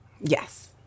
Yes